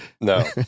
no